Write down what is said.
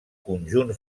conjunt